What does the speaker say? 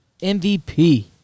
MVP